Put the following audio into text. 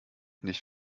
nicht